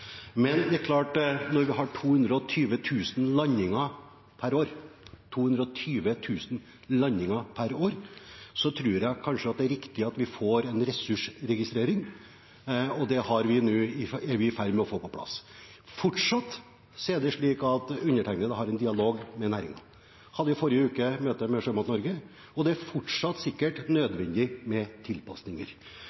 Det er klart at når vi har 220 000 landinger per år, tror jeg det er riktig at vi får en ressursregistrering, og det er vi i ferd med å få på plass. Det er fortsatt slik at undertegnede har en dialog med næringen. I forrige uke hadde jeg et møte med Sjømat Norge, og det er fortsatt